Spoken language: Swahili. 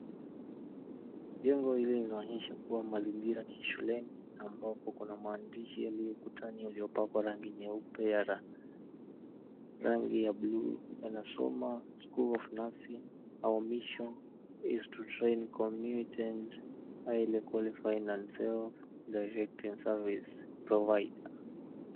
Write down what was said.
Jengo hili linaonyesha kuwa mazingira ni ya shuleni ambapo kuna maandishi yaliyo ukutani yaliyopakwa rangi nyeupe na rangi ya buluu, yanasoma "School of nursing. Our mission is to train, commute and highly qualify none self directing service provider".